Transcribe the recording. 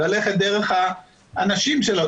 דרך האנשים שלו,